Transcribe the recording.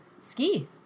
ski